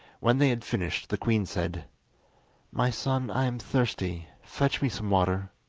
when they had finished the queen said my son, i am thirsty fetch me some water